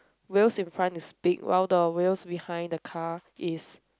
wheels in front the speed while though wheels behind the car is